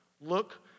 look